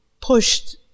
pushed